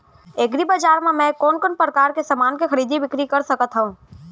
एग्रीबजार मा मैं कोन कोन परकार के समान के खरीदी बिक्री कर सकत हव?